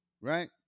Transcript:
right